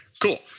Cool